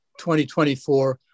2024